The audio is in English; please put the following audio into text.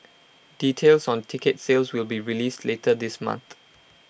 details on ticket sales will be released later this month